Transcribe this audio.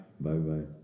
Bye-bye